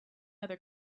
other